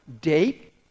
date